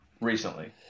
recently